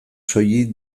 soilik